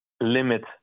limit